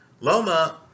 Loma